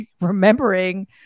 remembering